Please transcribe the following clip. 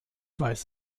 weiß